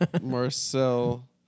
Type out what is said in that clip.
Marcel